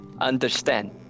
understand